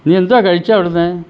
നീ എന്തുവാ കഴിച്ചെ അവിടന്ന്